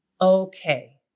okay